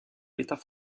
l’état